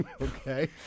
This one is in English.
okay